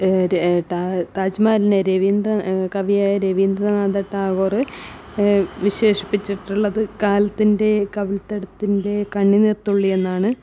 താജ്മഹലിനെ രവീന്ദ്ര കവിയായ രവീന്ദ്ര നാഥ ടാഗോർ വിശേഷിപ്പിച്ചിട്ടുള്ളത് കാലത്തിന്റെ കവിൾ തടത്തിന്റെ കണ്ണുനീർ തുള്ളി എന്നാണ്